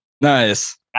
nice